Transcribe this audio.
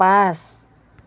পাঁচ